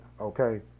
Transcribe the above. Okay